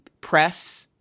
press